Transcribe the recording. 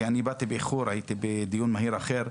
אני באתי באיחור, הייתי בדיון מהיר אחר.